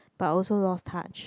but also lost touch